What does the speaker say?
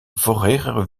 vorige